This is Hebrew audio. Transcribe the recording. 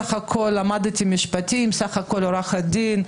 בסך הכול למדתי משפטים ובסך הכול עורכת דין,